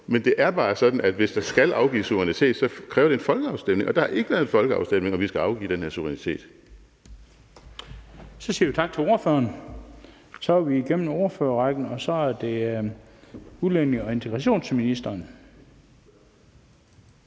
Men det er bare sådan, at hvis der skal afgives suverænitet, kræver det en folkeafstemning, og der har ikke været en folkeafstemning om, at vi skal afgive den her suverænitet. Kl. 17:42 Den fg. formand (Bent Bøgsted): Så siger vi tak til ordføreren. Vi er igennem ordførerrækken, og så er det udlændinge- og integrationsministeren.